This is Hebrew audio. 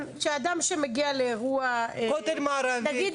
זאת אומרת שאדם שמגיע לאירוע, נגיד